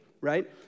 right